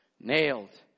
Nailed